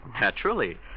Naturally